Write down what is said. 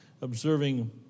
observing